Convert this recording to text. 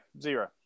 zero